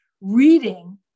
reading